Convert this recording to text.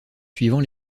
suivant